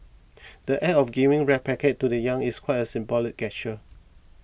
the Act of giving red packets to the young is quite a symbolic gesture